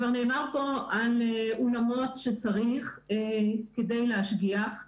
כבר נאמר פה על אולמות שצריך כדי להשגיח,